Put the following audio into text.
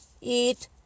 eat